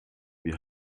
wie